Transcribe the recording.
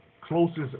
closest